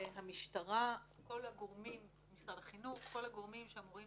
המשטרה, משרד החינוך, כל הגורמים שאמורים